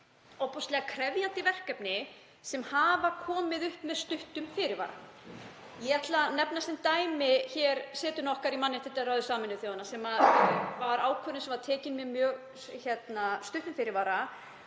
ofboðslega krefjandi verkefni sem hafa komið upp með stuttum fyrirvara. Ég ætla að nefna sem dæmi setu okkar í mannréttindaráði Sameinuðu þjóðanna. Það var ákvörðun sem var tekin með mjög stuttum fyrirvara.